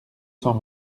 cent